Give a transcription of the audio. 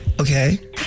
Okay